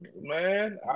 man